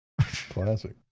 Classic